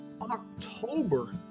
october